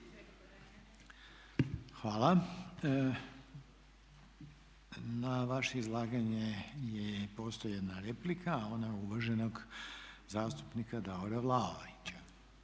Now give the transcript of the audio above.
Hvala. Na vaše izlaganje postoji jedna replika, ona uvaženog zastupnika Davora Vlaovića.